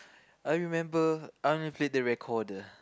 I remember I only play the recorder